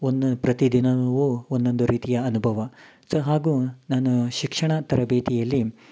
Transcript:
ಒಂದು ಪ್ರತಿ ದಿನವೂ ಒಂದೊಂದು ರೀತಿಯ ಅನುಭವ ಸೊ ಹಾಗು ನಾನು ಶಿಕ್ಷಣ ತರಬೇತಿಯಲ್ಲಿ